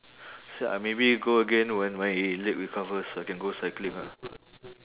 I maybe go again when my leg recovers I can go cycling ah